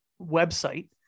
website